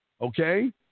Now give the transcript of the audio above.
okay